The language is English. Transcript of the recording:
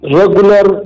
regular